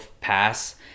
pass